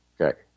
Okay